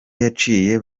aciye